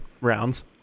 rounds